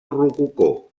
rococó